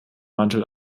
mantel